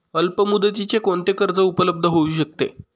अल्पमुदतीचे कोणते कर्ज उपलब्ध होऊ शकते?